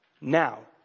Now